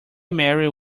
mare